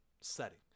setting